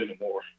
anymore